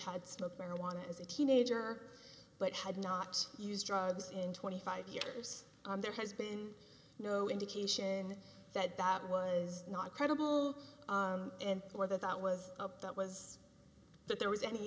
had smoked marijuana as a teenager but had not used drugs in twenty five years there has been no indication that that was not credible and whether that was up that was that there was any